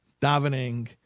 davening